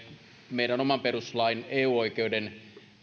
meidän oman perustuslain eu oikeuden